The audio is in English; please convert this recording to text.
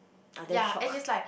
I'm damn shocked